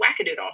wackadoodle